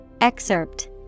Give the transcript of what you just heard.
Excerpt